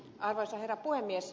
arvoisa herra puhemies